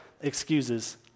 excuses